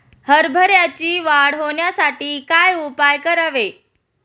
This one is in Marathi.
हरभऱ्याची वाढ होण्यासाठी काय उपाय करावे?